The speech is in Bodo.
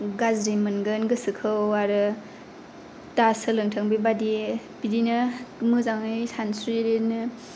गाज्रि मोनगोन गोसोखौ आरो दा सोलोंथों बेबादि बिदिनो मोजाङै सानस्रिनो